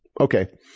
Okay